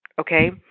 Okay